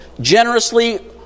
generously